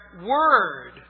word